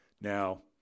Now